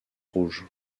rouge